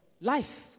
life